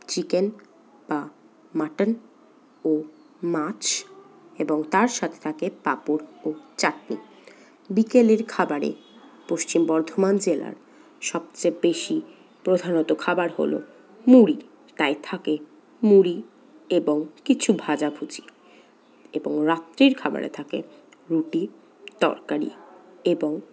chicken বা mutton ও মাছ এবং তার সাথে থাকে পাঁপড় ও চাটনি বিকেলের খাবারে পশ্চিম বর্ধমান জেলার সবচেয়ে বেশি প্রধানত খাবার হল মুড়ি তাই থাকে মুড়ি এবং কিছু ভাজাভুজি এবং রাত্রের খাবারে থাকে রুটি তরকারি এবং